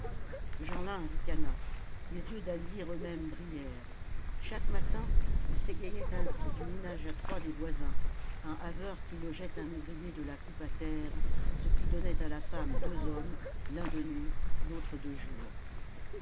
jeanlin ricana les yeux d'alzire eux-mêmes brillèrent chaque matin ils s'égayaient ainsi du ménage à trois des voisins un haveur qui logeait un ouvrier de la coupe à terre ce qui donnait à la femme deux hommes l'un de nuit l'autre de jour